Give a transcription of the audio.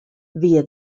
via